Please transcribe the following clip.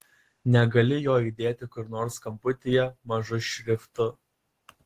negali jo įdėti kur nors kamputyje mažu šriftu